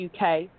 uk